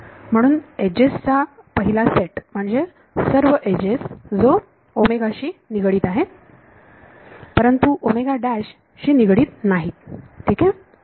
म्हणून एजेस चा पहिला सेट म्हणजे सर्व एजेस जो शी निगडीत आहेत परंतु शी निगडित नाहीत ठीक आहे